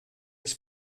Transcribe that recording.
des